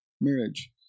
marriage